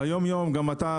ביום-יום גם אתה,